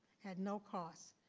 at no costs,